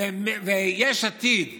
ויש עתיד וליברמן,